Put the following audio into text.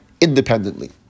independently